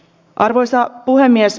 arvoisa puhemies